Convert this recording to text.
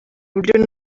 buryo